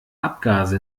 abgase